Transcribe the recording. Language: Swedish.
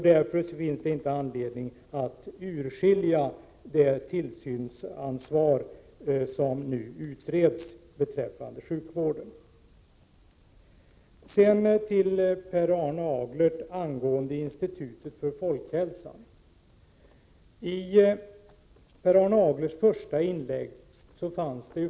Därför finns det ingen anledning att skilja ut det tillsynsansvar som nu utreds beträffande sjukvården. Per Arne Aglert tog upp institutet för folkhälsan.